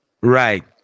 Right